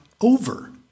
over